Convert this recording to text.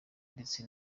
ndetse